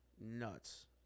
Nuts